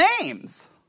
names